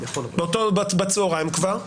בצוהריים כבר,